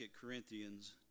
Corinthians